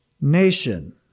nation